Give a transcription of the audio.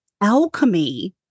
Alchemy